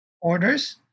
orders